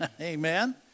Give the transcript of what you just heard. amen